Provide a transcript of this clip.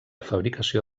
fabricació